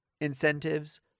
incentives